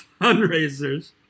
fundraisers